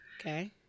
Okay